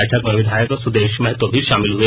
बैठक में विधायक सुदेश महतो भी शामिल हुए